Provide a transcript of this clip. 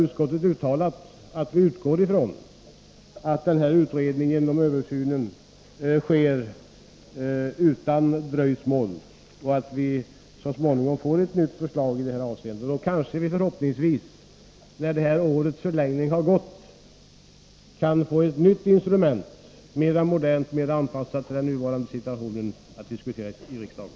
Utskottet har uttalat att vi utgår från att denna översyn sker utan dröjsmål och att vi så småningom får ett nytt förslag i detta avseende. Förhoppningsvis kan vi, efter den nu aktuella ettåriga förlängningen, få ett nytt instrument, mer modernt och anpassat till den nuvarande situationen, att diskutera i riksdagen.